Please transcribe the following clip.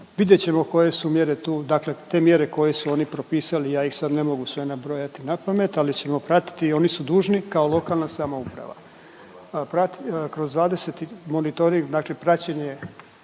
Vidjet ćemo koje su mjere tu, dakle te mjere koje su oni propisali, ja ih sad ne mogu sve nabrojati napamet, ali ćemo pratiti i oni su dužni kao lokalna samouprava prati, kroz 20, monitoring, dakle praćenje